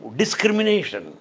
discrimination